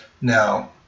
Now